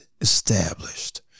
established